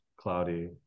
cloudy